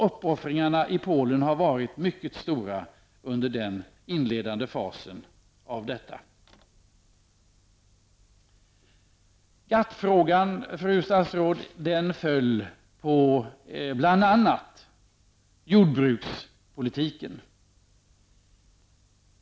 Uppoffringarna i Polen har varit mycket stora under den inledande fasen. Fru statsråd! GATT-frågan föll bl.a. på jordbrukspolitiken.